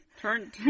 Turn